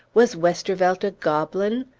was westervelt a goblin?